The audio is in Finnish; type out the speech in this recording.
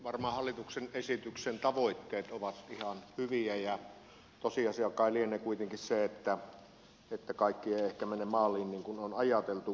varmaan hallituksen esityksen tavoitteet ovat ihan hyviä ja tosiasia kai lienee kuitenkin se että kaikki ei ehkä mene maaliin niin kuin on ajateltu